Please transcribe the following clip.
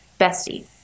Bestie